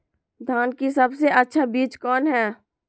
धान की सबसे अच्छा बीज कौन है?